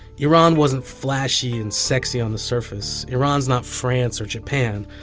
iran wasn't flashy and sexy on the surface. iran's not france or japan,